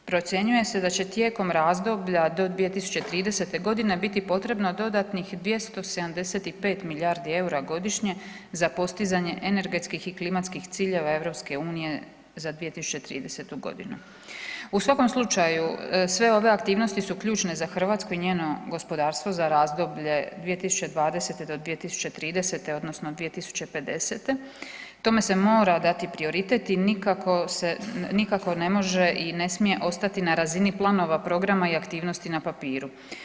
Procjenjuje se da će tijekom razdoblja do 2030.g. biti potrebno dodatnih 275 milijardi EUR-a godišnje za postizanje energetskih i klimatskih ciljeva EU za 2030.g. U svakom slučaju sve ove aktivnosti su ključne za Hrvatsku i njeno gospodarstvo za razdoblje 2020. do 2030. odnosno 2050.-te, tome se mora dati prioritet i nikako se, nikako ne može i ne smije ostati na razini planova, programa i aktivnosti na papiru.